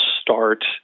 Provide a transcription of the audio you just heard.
start